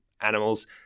animals